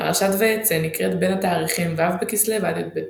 פרשת ויצא נקראת בין התאריכים ו' בכסלו–י"ב בכסלו.